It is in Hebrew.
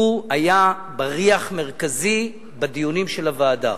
הוא היה בריח מרכזי בדיונים של הוועדה,